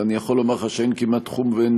אבל אני יכול לומר לך שאין כמעט תחום ואין